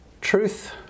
truth